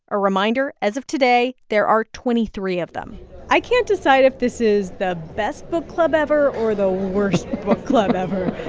a reminder as of today, there are twenty three of them i can't decide if this is the best book club ever or the worst book club ever